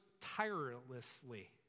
tirelessly